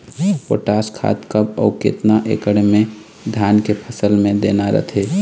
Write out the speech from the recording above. Potash खाद कब अऊ केतना एकड़ मे धान के फसल मे देना रथे?